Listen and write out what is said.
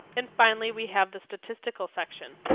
and finally, we have the statistical section.